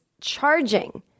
charging